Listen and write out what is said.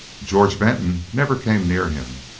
george benton never came near him,